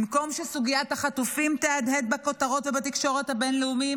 במקום שסוגיית החטופים תהדהד בכותרות ובתקשורת הבין-לאומית,